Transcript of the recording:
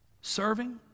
Serving